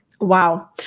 Wow